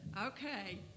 Okay